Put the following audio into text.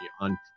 on